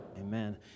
Amen